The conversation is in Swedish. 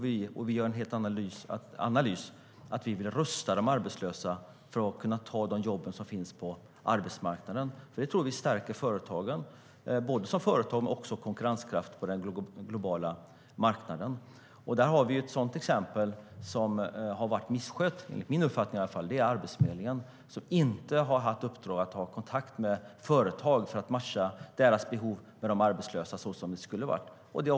Vi gör en helt annan analys. Vi vill rusta de arbetslösa att kunna ta de jobb som finns på arbetsmarknaden. Det tror vi stärker företagen och deras konkurrenskraft på den globala marknaden. Ett exempel på något som enligt min uppfattning har misskötts är Arbetsförmedlingen, som inte har haft i uppdrag att ha kontakt med företag för att matcha deras behov med de arbetslösa, vilket borde ha varit fallet.